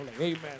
Amen